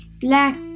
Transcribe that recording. black